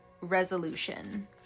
resolution